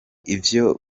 ivyo